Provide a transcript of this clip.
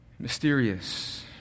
mysterious